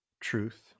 Truth